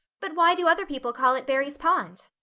but why do other people call it barry's pond?